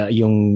yung